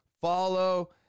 follow